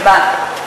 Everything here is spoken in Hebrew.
מה?